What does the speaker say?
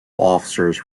officers